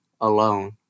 alone